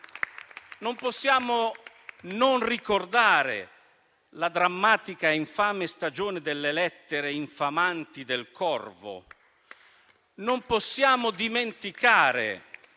Non possiamo non ricordare la drammatica e infame stagione delle lettere infamanti del corvo. Non possiamo dimenticare